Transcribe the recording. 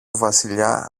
βασιλιά